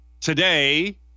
Today